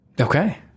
okay